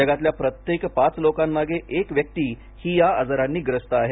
जगातल्या प्रत्येक पाच लोकांमागे एक व्यक्ती ही या आजारांनी ग्रस्त आहे